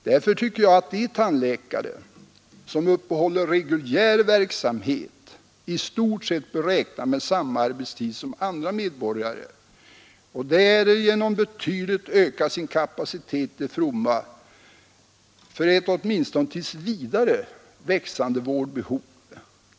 Därför tycker jag att de tandläkare, som uppehåller reguljär verksamhet, i stort sett bör räkna med samma arbetstid som andra medborgare och därigenom betydligt öka sin kapacitet till fromma för ett åtminstone tills vidare växande vårdbehov.